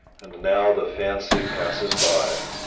and now the fancy passes by,